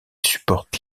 supporte